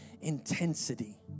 intensity